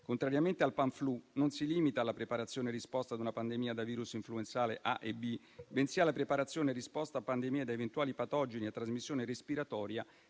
Contrariamente al Panflu, non si limita alla preparazione e alla risposta ad una pandemia da virus influenzale A e B, bensì alla preparazione e risposta a pandemie da eventuali patogeni a trasmissione respiratoria,